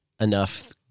enough